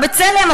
"בצלם",